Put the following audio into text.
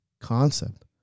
concept